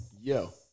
Yo